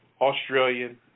Australian